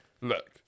look